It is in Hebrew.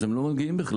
אז הם לא מגיעים בכלל,